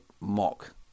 mock